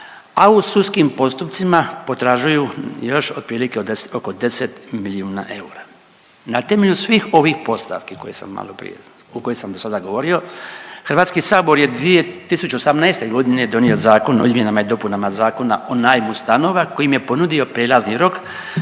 a u sudskim postupcima potražuju još otprilike oko 10 milijuna eura. Na temelju svih ovih postavki koje sam maloprije, koje sam dosada govorio, HS je 2018.g. donio Zakon o izmjenama i dopunama Zakona o najmu stanova koji im je ponudio prijelazni rok